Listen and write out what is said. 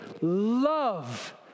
love